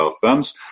firms